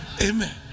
Amen